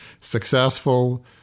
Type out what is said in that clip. successful